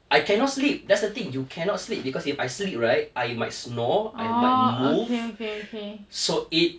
I cannot sleep that's the thing you cannot sleep because if I sleep right I might snore I might move so it